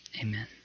Amen